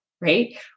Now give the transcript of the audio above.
right